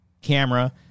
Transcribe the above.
camera